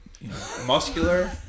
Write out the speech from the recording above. muscular